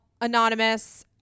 anonymous